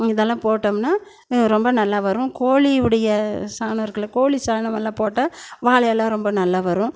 இதெல்லாம் போட்டம்னால் ரொம்ப நல்லா வரும் கோழியுடைய சாணம் இருக்குதல்ல கோழி சாணமெல்லாம் போட்டால் வாழை எல்லாம் ரொம்ப நல்லா வரும்